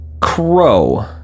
crow